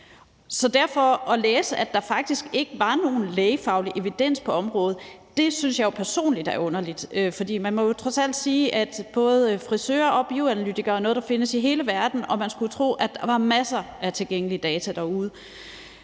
Så det at læse, at der faktisk ikke var nogen lægefaglig evidens på området, synes jeg derfor personligt var underligt. For man må jo trods alt sige, at både frisører og bioanalytikere er noget, der findes i hele verden, og man skulle jo tro, at der var masser af tilgængeligt data derude.